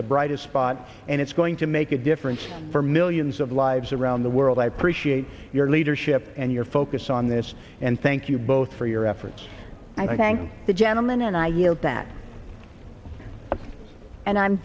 the brightest spot and it's going to make a difference for millions of lives around the world i appreciate your leadership and your focus on this and thank you both for your efforts i thank the gentleman and i yield back and i'm